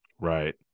Right